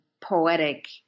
poetic